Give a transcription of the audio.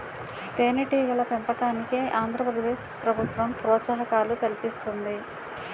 తేనెటీగల పెంపకానికి ఆంధ్ర ప్రదేశ్ ప్రభుత్వం ప్రోత్సాహకాలు కల్పిస్తుంది